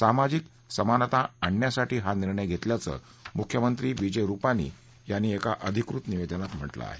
सामाजिक समन्नता आण्यासाठी हा निर्णय घेतल्याचं मुख्यमंत्री विजय रुपानी यांनी का अधिकृत निवेदनात म्हटलं आहे